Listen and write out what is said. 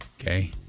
Okay